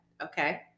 okay